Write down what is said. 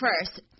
first